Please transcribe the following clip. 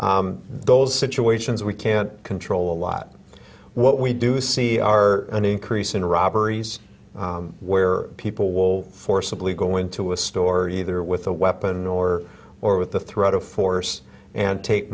those situations we can't control a lot of what we do see are an increase in robberies where people will forcibly go into a store either with a weapon or or with the threat of force and take